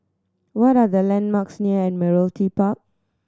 what are the landmarks near Admiralty Park